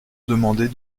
demander